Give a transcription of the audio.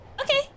Okay